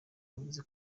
yavuze